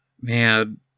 man